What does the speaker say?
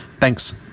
Thanks